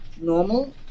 normal